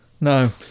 No